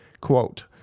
Quote